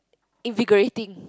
immigrating